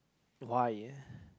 why